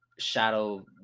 shadow